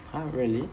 !huh! really